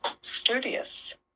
studious